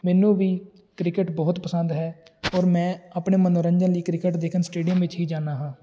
ਮੈਨੂੰ ਵੀ ਕ੍ਰਿਕਟ ਬਹੁਤ ਪਸੰਦ ਹੈ ਔਰ ਮੈਂ ਆਪਣੇ ਮਨੋਰੰਜਨ ਲਈ ਕ੍ਰਿਕਟ ਦੇਖਣ ਸਟੇਡੀਅਮ ਵਿੱਚ ਹੀ ਜਾਂਦਾ ਹਾਂ